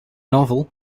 novel